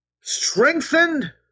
Strengthened